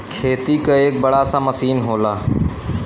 खेती क एक बड़ा सा मसीन होला